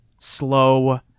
slow